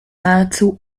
nahezu